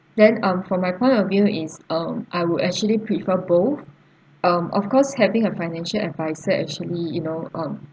then um from my point of view is um I would actually prefer both um of course having a financial advisor actually you know um